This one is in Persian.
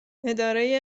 اداره